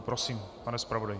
Prosím, pane zpravodaji.